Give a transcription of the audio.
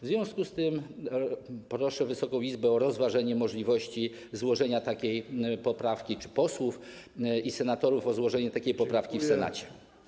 W związku z tym proszę Wysoką Izbę o rozważenie możliwości złożenia takiej poprawki czy też senatorów o złożenie takiej poprawki w Senacie.